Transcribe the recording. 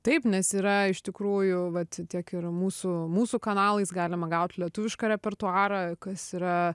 taip nes yra iš tikrųjų vat tiek ir mūsų mūsų kanalais galima gaut lietuvišką repertuarą kas yra